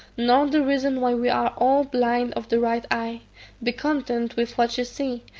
nor the reason why we are all blind of the right eye be content with what you see,